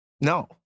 no